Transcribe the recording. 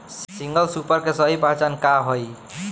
Single super के सही पहचान का हई?